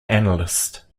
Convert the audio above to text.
analyst